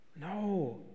No